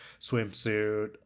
swimsuit